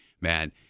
man